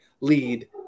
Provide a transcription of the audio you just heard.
lead